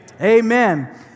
amen